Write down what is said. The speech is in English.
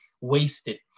wasted